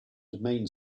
domain